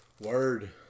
Word